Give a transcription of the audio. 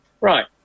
right